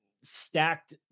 stacked